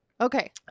Okay